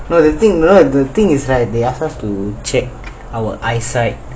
but the thing is they ask us to check our eyesight